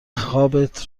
خوابت